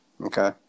okay